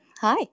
Hi